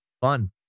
Fun